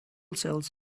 cells